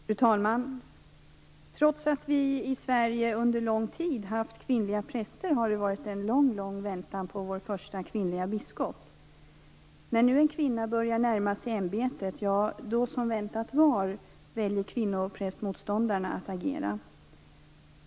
Fru talman! Trots att vi i Sverige under lång tid haft kvinnliga präster har det varit en lång väntan på vår första kvinnliga biskop. När nu en kvinna närmar sig ämbetet, ja, då väljer - som väntat - kvinnoprästmotståndarna att agera.